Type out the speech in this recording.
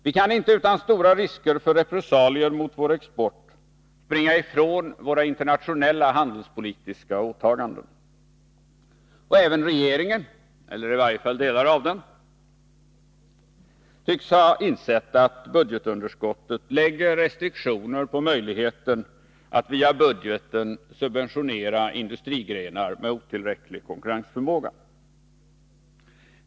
Vi kan inte utan stora risker för repressalier mot vär export springa ifrån våra internationella handelspolitiska åtaganden. Och även regeringen -— eller i varje fall delar av den — tycks nu ha insett att budgetunderskottet lägger restriktioner på möjligheterna att via budgeten subventionera industrigrenar med otillräcklig konkurrensförmåga.